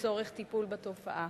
לצורך טיפול בתופעה.